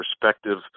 perspective